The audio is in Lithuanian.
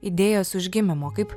idėjos užgimimo kaip